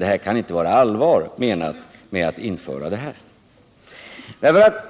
Det kunde enligt tidningen inte vara allvar med att införa en allmän anmälningsplikt.